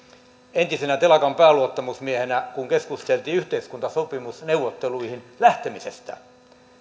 entisenä telakan pääluottamusmiehenä kun keskusteltiin yhteiskuntasopimusneuvotteluihin lähtemisestä